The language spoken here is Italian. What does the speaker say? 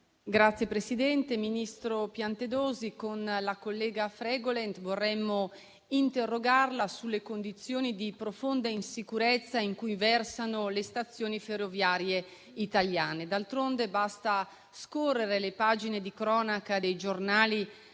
Signor ministro Piantedosi, insieme alla collega Fregolent vorremmo interrogarla sulle condizioni di profonda insicurezza in cui versano le stazioni ferroviarie italiane. D'altronde, basta scorrere le pagine di cronaca dei giornali